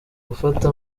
gufata